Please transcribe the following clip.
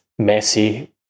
Messi